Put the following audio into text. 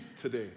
today